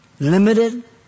Limited